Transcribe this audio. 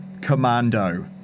Commando